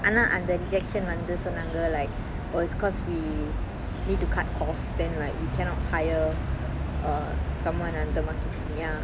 ஆனா அந்த:aana antha rejection வந்து சொன்னாங்க:vanthu sonnanga like was cause we need to cut costs then like we cannot hire err someone அந்த மாத்தத்துக்கு:antha matthathukku ya